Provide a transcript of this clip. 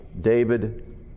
David